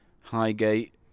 Highgate